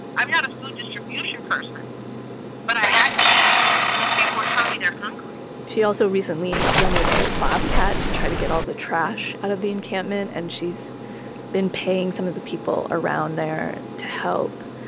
i'm not a food distribution person, but i had to be because people tell me they're hungry. she also recently rented a bobcat to try to get all the trash out of the encampment. and she's been paying some of the people around there to help.